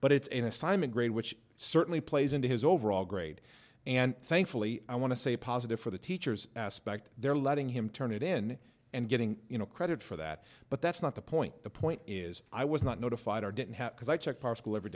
but it's an assignment grade which certainly plays into his overall grade and thankfully i want to say positive for the teachers aspect they're letting him turn it in and getting you know credit for that but that's not the point the point is i was not notified or didn't have because i checked our school every